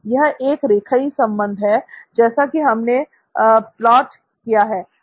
यह एक रेखीय संबंध है जैसा कि हमने प्लॉट किया है